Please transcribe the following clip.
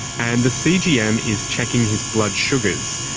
and the cgm is checking his blood sugars.